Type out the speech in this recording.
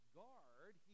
guard